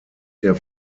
der